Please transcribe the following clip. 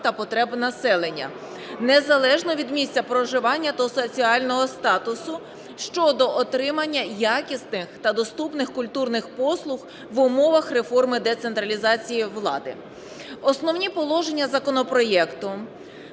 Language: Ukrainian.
та потреб населення, незалежно від місця проживання та соціального статусу, щодо отримання якісних та доступних культурних послуг в умовах реформи децентралізації влади. Основні положення законопроекту